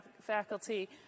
faculty